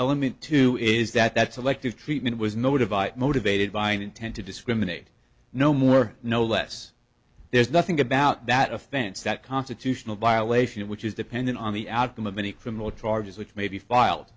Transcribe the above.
element two is that selective treatment was notified motivated by an intent to discriminate no more no less there's nothing about that offense that constitutional violation of which is dependent on the outcome of any criminal charges which may be filed